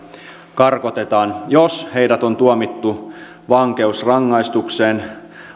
karkotetaan jos heidät on tuomittu vankeusrangaistukseen